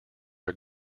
are